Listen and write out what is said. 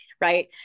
right